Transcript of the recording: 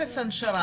אפס הנשרה.